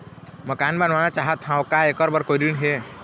मकान बनवाना चाहत हाव, का ऐकर बर कोई ऋण हे?